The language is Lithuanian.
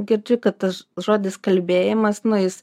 girdžiu kad tas žodis kalbėjimas nu jis